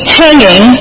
hanging